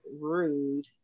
Rude